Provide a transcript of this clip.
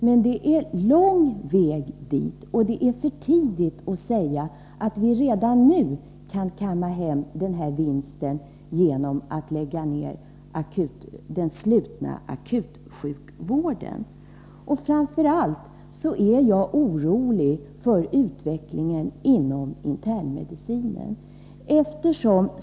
Men det är lång väg dit. Det är för tidigt att säga att vi redan nu kan kamma hem en vinst genom att lägga ned den slutna akutsjukvården. Framför allt är jag orolig för utvecklingen inom internmedicinen.